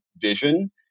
vision